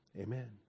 Amen